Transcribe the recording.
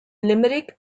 limerick